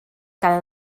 cada